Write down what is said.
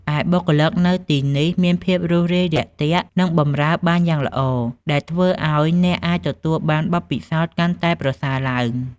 ឯបុគ្គលិកនៅទីនេះមានភាពរួសរាយរាក់ទាក់ និងបម្រើបានយ៉ាងល្អ ដែលធ្វើឱ្យអ្នកអាចទទួលបានបទពិសោធន៍កាន់តែប្រសើរឡើង។